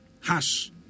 hash